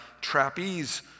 trapeze